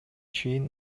чейин